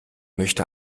möchte